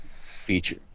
feature